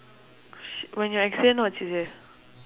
sh~ when you explain what she say